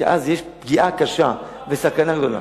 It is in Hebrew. כי אז יש פגיעה קשה וסכנה גדולה.